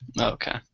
Okay